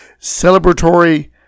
celebratory